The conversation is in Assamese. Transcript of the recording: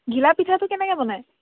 ঘিলাপিঠাটো কেনেকৈ বনায়